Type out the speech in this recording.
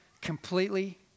completely